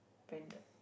branded